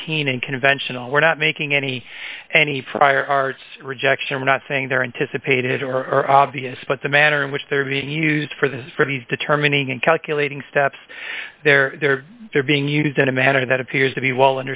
routine and conventional we're not making any any prior arts rejection we're not saying they're anticipated or obvious but the manner in which they're being used for the for these determining and calculating steps they're they're they're being used in a manner that appears to be well